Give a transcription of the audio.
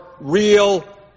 real